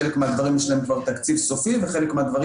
לחלק מהדברים יש כבר תקציב סופי ובחלק מהדברים